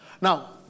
Now